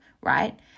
right